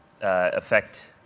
affect